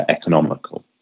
economical